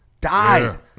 Died